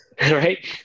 Right